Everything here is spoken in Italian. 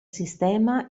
sistema